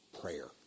prayer